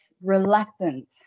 reluctant